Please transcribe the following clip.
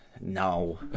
No